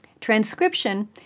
Transcription